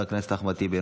חבר הכנסת יוסף עטאונה,